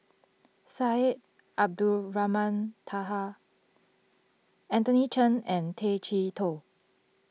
Syed Abdulrahman Taha Anthony Chen and Tay Chee Toh